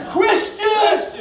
Christians